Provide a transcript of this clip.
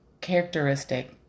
characteristic